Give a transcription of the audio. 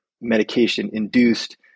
medication-induced